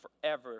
forever